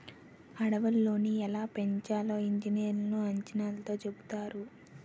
అడవులని ఎలా పెంచాలో ఇంజనీర్లు అంచనాతో చెబుతారు